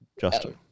Justin